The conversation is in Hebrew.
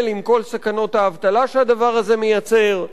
בישראל, עם כל סכנות האבטלה שהדבר הזה מייצר.